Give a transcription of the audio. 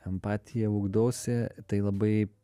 empatiją ugdausi tai labai